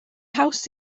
haws